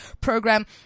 program